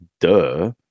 duh